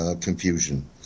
confusion